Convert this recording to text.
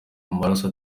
amaraso